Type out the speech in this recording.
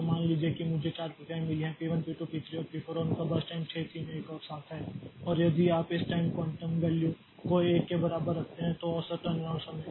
तो मान लीजिए कि मुझे चार प्रक्रियाएं मिली हैं पी 1 पी 2 पी 3 और पी 4 और उनका बर्स्ट टाइम 6 3 1 और 7 है और यदि आप इस टाइम क्वांटम वैल्यू को एक के बराबर रखते हैं तो औसत टर्नअराउंड समय